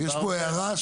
יש פה הערה.